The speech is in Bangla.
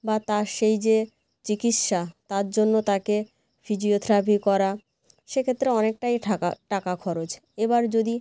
বা তার সেই যে চিকিৎসা তার জন্য তাকে ফিজিওথেরাপি করা সেক্ষেত্রে অনেকটাই থাকা টাকা খরচ এবার যদি